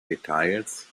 details